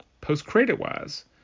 Post-credit-wise